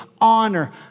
honor